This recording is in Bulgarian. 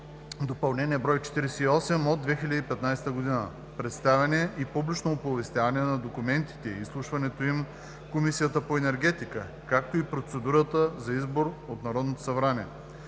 доп., бр. 48 от 2015 г.), представяне и публично оповестяване на документите и изслушването им в Комисията по енергетика, както и процедурата за избор от Народното събрание